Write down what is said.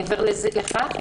מעבר לכך,